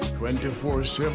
24-7